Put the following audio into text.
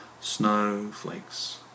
snowflakes